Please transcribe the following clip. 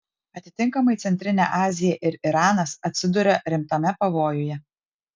atitinkamai centrinė azija ir iranas atsiduria rimtame pavojuje